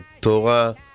Torah